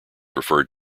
referred